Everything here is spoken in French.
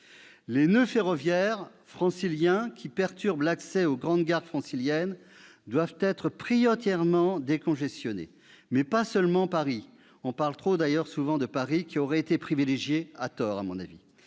Les noeuds ferroviaires franciliens qui perturbent l'accès aux grandes gares franciliennes doivent être prioritairement décongestionnés, et pas seulement à Paris. On parle trop souvent- à tort selon moi-de Paris, qui aurait été privilégié. Il faut